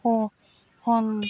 একোখন